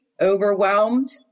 overwhelmed